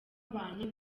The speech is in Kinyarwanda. abantu